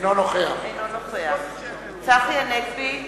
אינו נוכח צחי הנגבי,